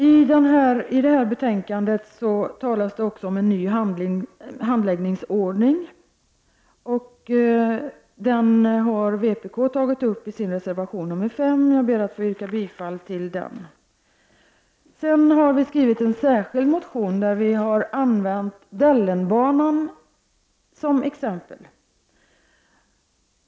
I detta betänkande talas det också om en ny handläggningsordning. Vpk har tagit upp den i sin reservation nr 5. Jag ber att få yrka bifall till reservation 5. Vi har i en särskild motion använt Dellenbanan som exempel.